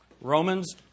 Romans